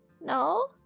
No